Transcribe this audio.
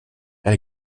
elle